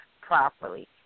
properly